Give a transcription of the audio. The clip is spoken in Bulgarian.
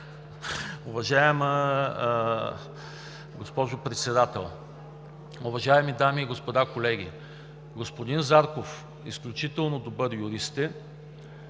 Уважаема госпожо Председател, уважаеми дами и господа, колеги! Господин Зарков, изключително добър юрист